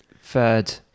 third